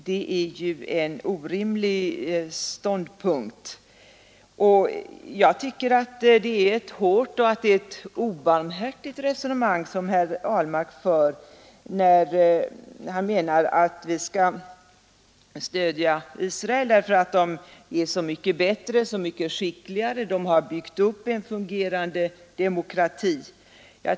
Det är ju en orimlig ståndpunkt. Jag tycker att det är ett hårt och obarmhärtigt resonemang som herr Ahlmark för, när han menar att vi skall stödja Israel därför att israelerna är så mycket bättre och skickligare och därför att de har byggt upp en fungerande demokrati.